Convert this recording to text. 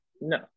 No